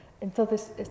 entonces